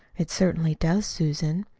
it certainly does, susan.